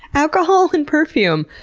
alcohol and perfume,